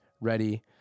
ready